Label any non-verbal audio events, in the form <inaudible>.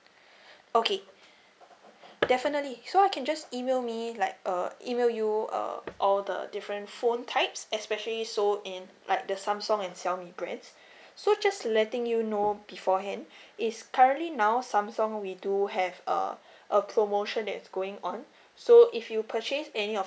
<breath> okay definitely so I can just email me like err email you uh all the different phone types especially so in like the samsung and xiaomi brands <breath> so just letting you know beforehand <breath> is currently now samsung we do have uh a promotion that's going on so if you purchase any of